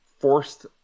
forced